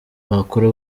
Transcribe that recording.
bakora